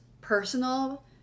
personal